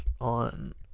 on